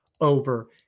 over